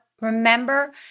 Remember